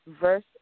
Verse